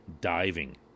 diving